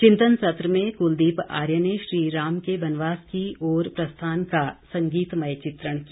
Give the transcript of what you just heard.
चिंतन सत्र में कुलदीप आर्य ने श्री राम के वनवास की ओर प्रस्थान का संगीतमय चित्रण किया